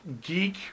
geek